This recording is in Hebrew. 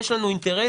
יש לנו אינטרס.